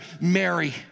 Mary